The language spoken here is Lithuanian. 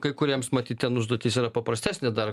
kai kuriems matyt ten užduotis yra paprastesnė dar